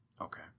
Okay